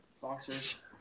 Boxers